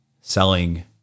selling